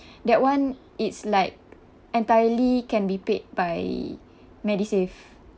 that one it's like entirely can be paid by MediSave